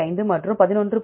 5 மற்றும் 11